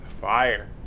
Fire